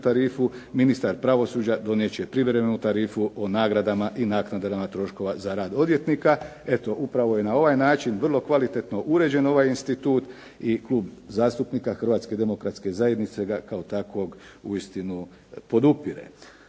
tarifu ministar pravosuđa donijet će privremenu tarifu o nagradama i naknadama troškova za rad odvjetnika. Eto upravo je na ovaj način vrlo kvalitetno uređen ovaj institut i Klub zastupnika Hrvatske demokratske zajednice ga kao takvog uistinu podupire.